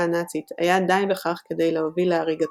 הנאצית היה די בכך כדי להוביל להריגתו.